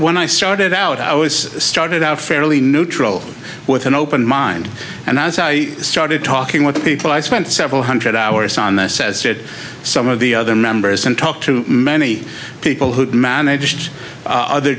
when i started out i was started out fairly neutral with an open mind and as i started talking with people i spent several hundred hours on this says that some of the other numbers and talked to many people who'd managed other